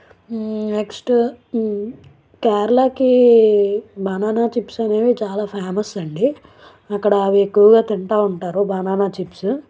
next కేరళకి banana chips అనేవి చాలా ఫేమస్ అండి అక్కడ అవి ఎక్కువగా తింటూ ఉంటారు బనానా చిప్స్